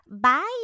bye